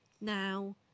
now